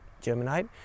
germinate